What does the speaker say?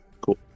Cool